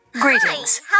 Greetings